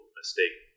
mistake